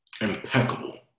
impeccable